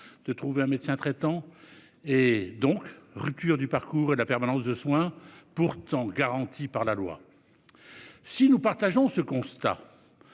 de trouver un médecin traitant et, donc, rupture du parcours et de la permanence des soins, pourtant garantis par la loi ... Si nous partageons ce constat,